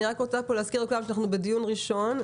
אני רק רוצה להזכיר לכולם שאנחנו בדיון ראשון.